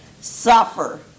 suffer